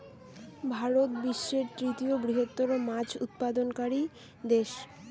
ভারত বিশ্বের তৃতীয় বৃহত্তম মাছ উৎপাদনকারী দেশ